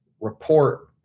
report